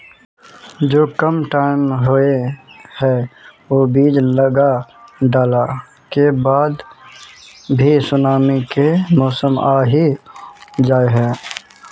जो कम टाइम होये है वो बीज लगा डाला के बाद भी सुनामी के मौसम आ ही जाय है?